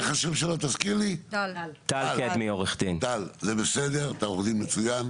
טל, זה בסדר, אתה עורך דין מצוין.